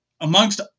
amongst